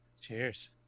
Cheers